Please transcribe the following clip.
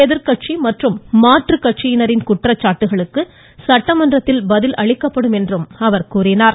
எதிர்க்கட்சி மற்றும் மாற்றுக்கட்சியினரின் குற்றச்சாட்டுகளுக்கு சட்டமன்றத்தில் பதில் அளிக்கப்படும் என்றும் கூறினார்